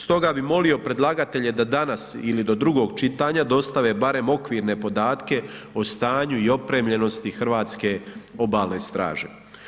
Stoga bi molio predlagatelje da danas ili do drugog čitanja dostave barem okvirne podatke o stanju i opremljenosti hrvatske Obalne straže.